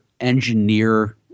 engineer